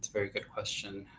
very good question.